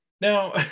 Now